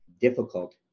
difficult